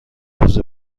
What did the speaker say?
روز